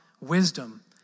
wisdom